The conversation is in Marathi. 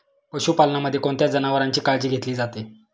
पशुपालनामध्ये कोणत्या जनावरांची काळजी घेतली जाते?